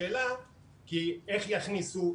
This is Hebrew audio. השאלה איך יכניסו.